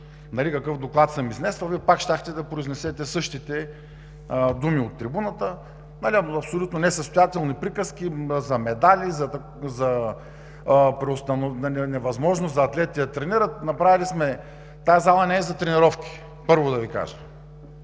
какъв доклад съм изнесъл, Вие пак щяхте да произнесете същите думи от трибуната. Абсолютно несъстоятелни приказки за медали, за невъзможност на атлетите да тренират. Тази зала не е за тренировки, първо да Ви кажа!